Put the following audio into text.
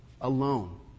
Alone